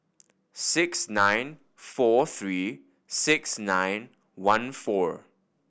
six nine four three six nine one four